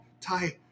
Ty